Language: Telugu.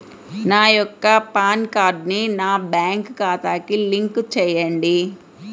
నా యొక్క పాన్ కార్డ్ని నా బ్యాంక్ ఖాతాకి లింక్ చెయ్యండి?